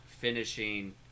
finishing